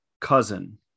cousin